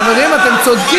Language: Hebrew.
חבר הכנסת בהלול,